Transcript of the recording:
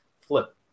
flip